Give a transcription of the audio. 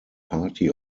party